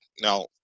now